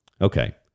Okay